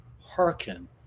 hearken